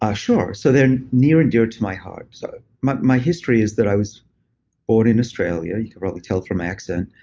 ah sure. so they're near and dear to my heart. so my my history is that i was born in australia. you can probably tell from my accent.